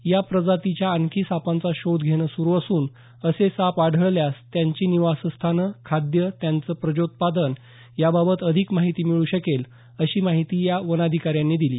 या प्रजातीच्या आणखी सापांचा शोध घेणं सुरू असून असे साप आढळल्यास त्यांची निवासस्थानं खाद्य त्यांचं प्रजोत्पादन याबाबत अधिक माहिती मिळू शकेल अशी माहिती या वनाधिकाऱ्यांनी दिली